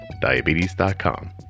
diabetes.com